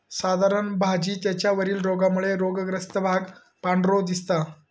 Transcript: साधारण भाजी त्याच्या वरील रोगामुळे रोगग्रस्त भाग पांढरो दिसता